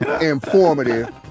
informative